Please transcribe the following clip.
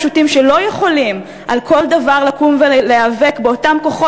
כולם יודעים שזה לא הגיוני להעלות את המס על אנשים